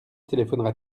téléphonera